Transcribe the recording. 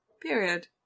period